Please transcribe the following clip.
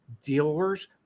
dealers